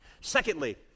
Secondly